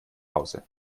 hause